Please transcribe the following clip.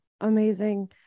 amazing